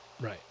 right